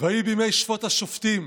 "ויהי בימי שְׁפֹט השפטים",